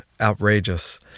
outrageous